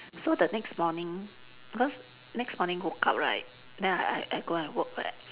so the next morning because next morning woke up right then I I I go and work right